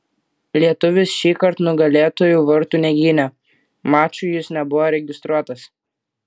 lietuvis šįkart nugalėtojų vartų negynė mačui jis nebuvo registruotas